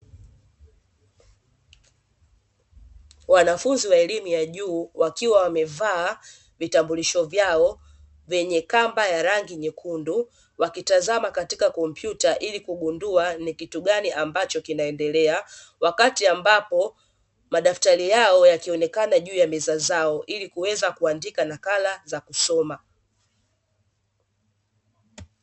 Wanafunzi wa elimu ya juu wakiwa wamevaa vitambulisho vyao vyenye kamba ya rangi nyekundu, wakitazama katika kompyuta ili kugundua ni kitu gani ambacho kinaendelea wakati ambapo madaftari yao yakionekana juu ya meza zao, ili kuweza kuandika makala za kusoma.